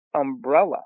umbrella